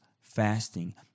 fasting